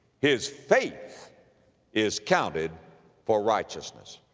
his faith is counted for righteousness.